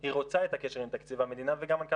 היא רוצה את הקשר עם תקציב המדינה וגם מנכ"ל